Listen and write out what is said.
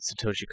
Satoshi